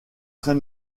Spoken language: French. très